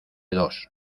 dos